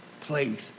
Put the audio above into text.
place